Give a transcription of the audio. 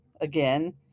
again